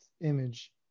image